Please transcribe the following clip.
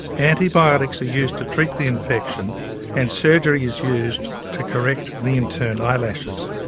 antibiotics are used to treat the infection and surgery is used to correct the inturned ah lashes,